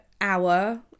hour